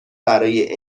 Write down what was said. برای